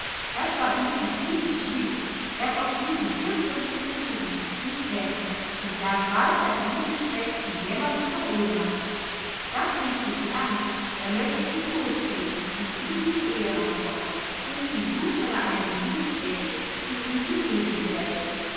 das war ihm zu viel des schlimmen er verfiel in fürchterliche zuckungen und krämpfe und lag bald dahingestreckt in jämmerlicher ohnmacht da kriegte sie angst er möchte ihr tot gehen und sie um den ehemann kommen und sie suchte nach einem riechfläschchen um ihn zum leben zu erwecken